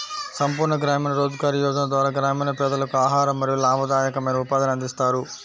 సంపూర్ణ గ్రామీణ రోజ్గార్ యోజన ద్వారా గ్రామీణ పేదలకు ఆహారం మరియు లాభదాయకమైన ఉపాధిని అందిస్తారు